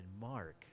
Mark